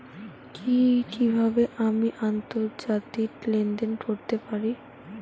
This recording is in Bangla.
কি কিভাবে আমি আন্তর্জাতিক লেনদেন করতে পারি?